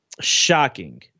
shocking